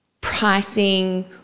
pricing –